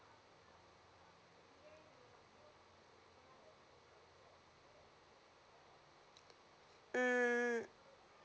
um